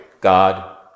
God